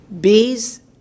Bees